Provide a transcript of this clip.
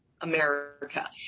America